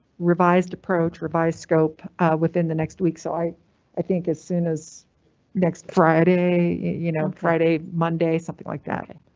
revised approach. revised scope within the next week. so i i think as soon as next friday, you know friday, monday, something like that. yes,